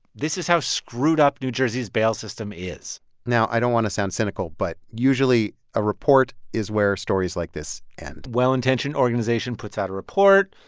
this is how screwed up new jersey's bail system is now, i don't want to sound cynical, but usually a report is where stories like this end well-intentioned organization puts out a report.